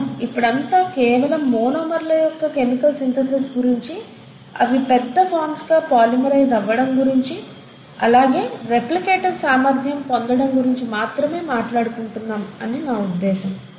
మనం ఇప్పుడంతా కేవలం మోనోమర్ల యొక్క కెమికల్ సింథసిస్ గురించి అవి పెద్ద ఫార్మ్స్ గా పొలిమెరైజ్ అవ్వడం గురించి అలాగే రెప్లికేటివ్ సామర్ధ్యం పొందటం గురించి మాత్రమే మాట్లాడుకుంటున్నాం అని నా ఉద్దేశము